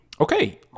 Okay